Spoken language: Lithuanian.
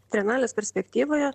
trienalės perspektyvoje